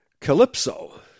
Calypso